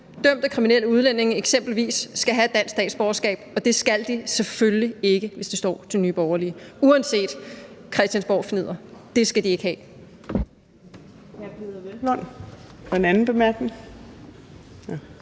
dømte kriminelle udlændinge eksempelvis, skal have et dansk statsborgerskab. Og det skal de selvfølgelig ikke, hvis det står til Nye Borgerlige – uanset christiansborgfnidder. Det skal de ikke have.